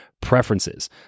preferences